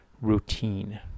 routine